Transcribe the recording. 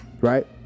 right